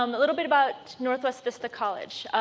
um little bit about northwest vista college.